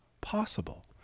possible